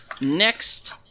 next